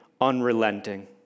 unrelenting